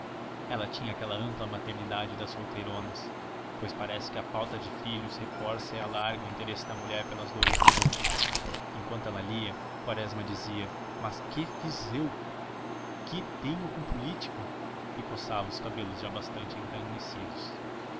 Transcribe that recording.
ela tinha aquela ampla maternidade das solteironas pois parece que a falta de filhos reforça e alarga o interesse da mulher pelas dores dos outros enquanto ela lia quaresma dizia mas que fiz eu que tenho com política e coçava os cabelos já bastante encanecidos